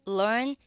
learn